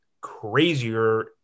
crazier